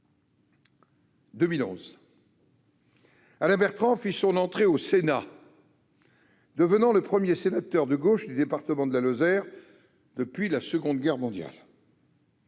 2011, Alain Bertrand fit son entrée au Sénat, devenant le premier sénateur de gauche du département de la Lozère depuis la Seconde Guerre mondiale.